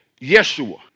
Yeshua